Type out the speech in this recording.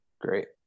Great